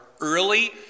early